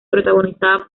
protagonizada